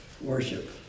worship